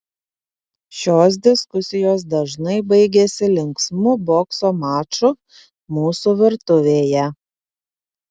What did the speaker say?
šios diskusijos dažnai baigiasi linksmu bokso maču mūsų virtuvėje